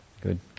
Good